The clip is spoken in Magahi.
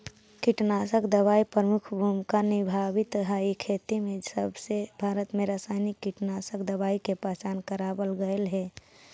कीटनाशक दवाई प्रमुख भूमिका निभावाईत हई खेती में जबसे भारत में रसायनिक कीटनाशक दवाई के पहचान करावल गयल हे